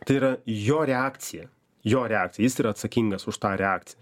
tai yra jo reakcija jo reakcija jis yra atsakingas už tą reakciją